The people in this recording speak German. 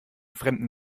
fremden